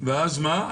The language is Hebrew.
ואז מה?